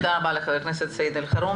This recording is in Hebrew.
תודה רבה, חבר הכנסת אלחרומי.